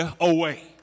away